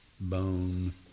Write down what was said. bone